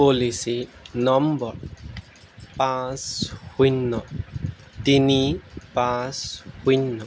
policy number পাঁচ শূন্য তিনি পাঁচ শূন্য